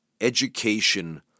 education